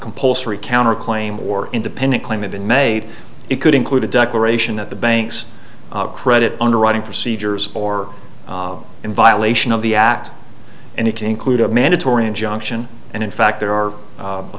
compulsory counterclaim or independent claim have been made it could include a declaration that the banks credit underwriting procedures or in violation of the act and it can include a mandatory injunction and in fact there are